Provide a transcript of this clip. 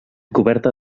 coberta